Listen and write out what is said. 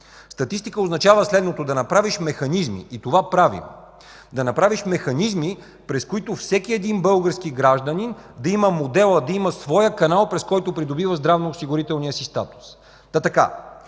Статистика означава следното: да направиш механизми и това правим, през които всеки един български гражданин да има модела, своя канал, през който придобива здравноосигурителния си статус.